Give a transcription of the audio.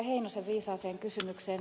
heinosen viisaaseen kysymykseen